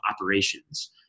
operations